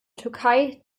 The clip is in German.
türkei